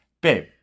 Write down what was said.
babe